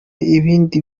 ibindi